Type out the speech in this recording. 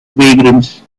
vagrants